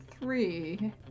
three